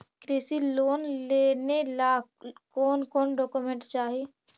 कृषि लोन लेने ला कोन कोन डोकोमेंट चाही?